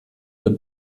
der